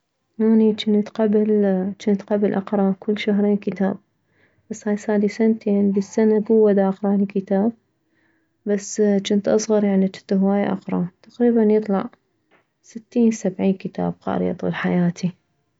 اني جنت قبل جنت اقره كل شهرين كتاب بس هاي صارلي سنتين بالسنة كوه داقرالي كتاب بس جنت اصغر يعني جنت هواية اقره تقريبا يطلع ستين سبعين كتاب قارية طول حياتي